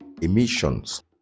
emissions